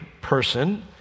person